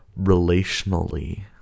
relationally